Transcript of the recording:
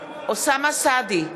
אוסאמה סעדי,